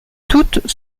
toutes